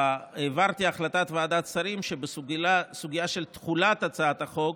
העברתי החלטת ועדת שרים שבסוגיה של תחולת הצעת החוק